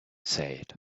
said